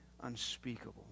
unspeakable